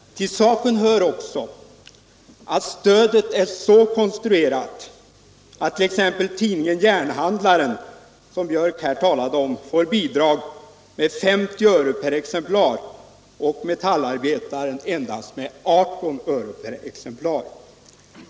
Till saken hör också att stödet är så konstruerat att t.ex. tidningen Järnhandlaren, som herr Björck talade om, får bidrag med 50 öre per exemplar och Metallarbetaren endast med 18 öre per exemplar.